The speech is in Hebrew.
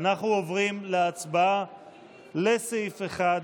ואנחנו עוברים להצבעה לסעיף 1,